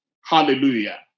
Hallelujah